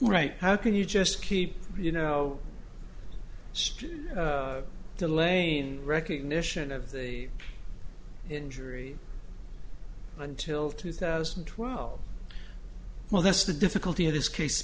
right how can you just keep you know the lane recognition of the injury until two thousand and twelve well that's the difficulty of this case